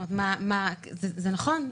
זה נכון,